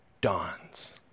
dawns